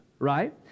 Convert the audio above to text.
Right